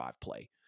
play